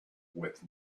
with